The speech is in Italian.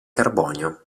carbonio